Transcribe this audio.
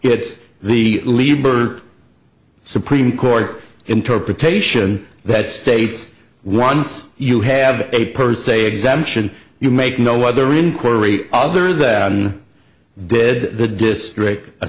it's the leiber supreme court interpretation that states once you have a per se exemption you make no other inquiry other than did the district